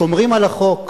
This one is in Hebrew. שומרים על החוק,